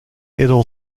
it’ll